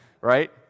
Right